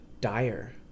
dire